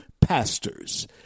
pastors